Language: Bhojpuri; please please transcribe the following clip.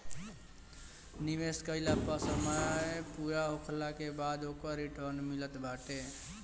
निवेश कईला पअ समय पूरा होखला के बाद ओकर रिटर्न मिलत बाटे